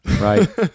right